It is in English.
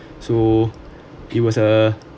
so it was a